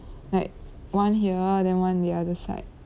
like one here then one the other side